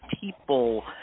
people